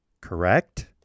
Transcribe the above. correct